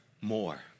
more